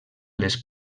les